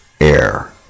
air